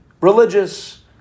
religious